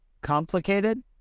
complicated